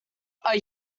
are